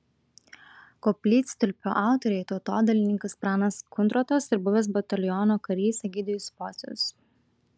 koplytstulpio autoriai tautodailininkas pranas kundrotas ir buvęs bataliono karys egidijus pocius